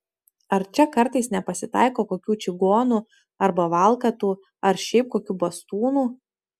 ar čia kartais nepasitaiko kokių čigonų arba valkatų ar šiaip kokių bastūnų